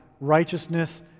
righteousness